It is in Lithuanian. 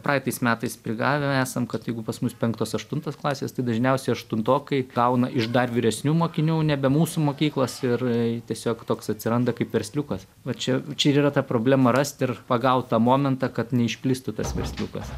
praeitais metais prigavę esam kad jeigu pas mus penktos aštuntos klasės tai dažniausiai aštuntokai gauna iš dar vyresnių mokinių nebe mūsų mokyklos ir tiesiog toks atsiranda kaip versliukas va čia čia ir yra ta problema rast ir pagaut tą momentą kad neišplistų tas versliukas